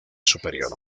superior